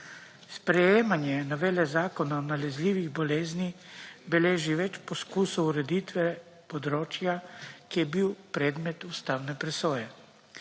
Sprejemanje novele Zakona o nalezljivih boleznih beleži več poskusov ureditve področja, ki je bil predmet ustavne presoje.